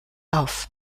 auf